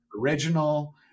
original